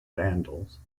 vandals